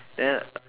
than